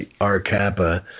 R-Kappa